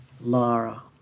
Lara